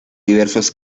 diversos